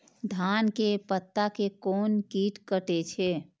धान के पत्ता के कोन कीट कटे छे?